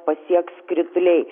pasieks krituliai